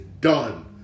done